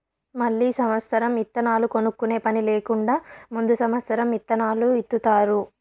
మళ్ళీ సమత్సరం ఇత్తనాలు కొనుక్కునే పని లేకుండా ముందు సమత్సరం ఇత్తనాలు ఇత్తుతారు